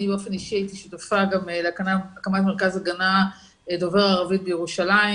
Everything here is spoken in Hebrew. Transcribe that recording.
אני באופן אישי הייתי שותפה גם להקמת מרכז הגנה דובר ערבית בירושלים,